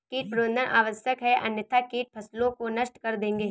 कीट प्रबंधन आवश्यक है अन्यथा कीट फसलों को नष्ट कर देंगे